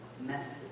Message